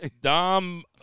Dom